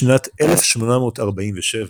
בשנת 1847,